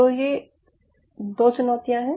तो ये 2 चुनौतियाँ हैं